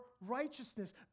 righteousness